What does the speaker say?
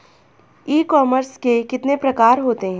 ई commerce के कितने प्रकार होते हैं?